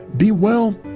be well,